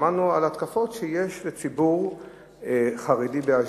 שמענו על התקפות על ציבור חרדי באשדוד.